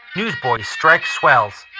newsboys' strike swells.